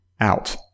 out